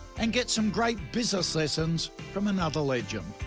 and get some great business lessons from another legend.